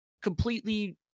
completely